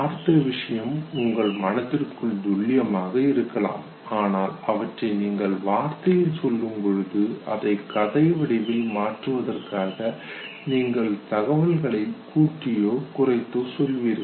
பார்த்த விஷயம் உங்கள் மனதிற்குள் துல்லியமானதாக இருக்கலாம் ஆனால் அவற்றை நீங்கள் வார்த்தையில் சொல்லும்பொழுது அதை கதை வடிவில் மாற்றுவதற்காக நீங்கள் தகவல்களை கூட்டியோ குறைத்தோ சொல்வீர்கள்